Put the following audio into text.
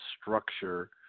structure